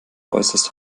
äußerst